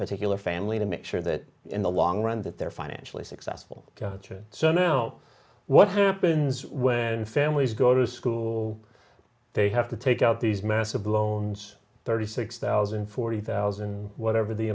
particular family to make sure that in the long run that they're financially successful so now what happens when families go to school they have to take out these massive loans thirty six thousand forty thousand whatever the